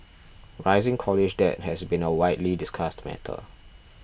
rising college debt has been a widely discussed matter